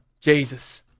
Jesus